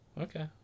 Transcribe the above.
Okay